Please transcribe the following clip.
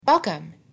Welcome